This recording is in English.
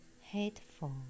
hateful